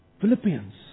Philippians